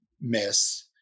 miss